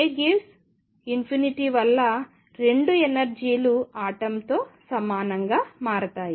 a → వల్ల రెండు ఎనర్జీలు ఆటమ్ తో సమానంగా మారతాయి